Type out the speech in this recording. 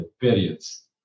periods